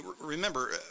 remember